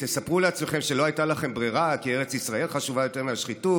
תספרו לעצמכם שלא הייתה לכם ברירה כי ארץ ישראל חשובה יותר מהשחיתות,